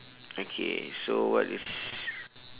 okay so what is